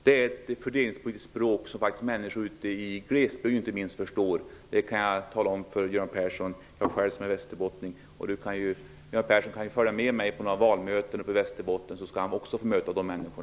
Det är ett fördelningspolitiskt språk som människor, inte minst ute i glesbygden, förstår; det kan jag tala om för Göran Persson. Jag är ju själv västerbottning. Göran Person är välkommen att följa med mig på några valmöten i Västerbotten. Han kommer då också att få möta dessa människor.